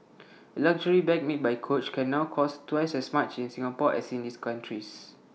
A luxury bag made by coach can now cost twice as much in Singapore as in these countries